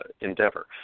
endeavor